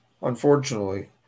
Unfortunately